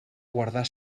guardar